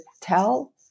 tell